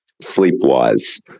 sleep-wise